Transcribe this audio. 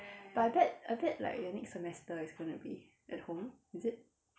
but I bet I bet like the next semester is going to be at home is it